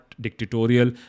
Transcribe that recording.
dictatorial